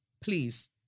please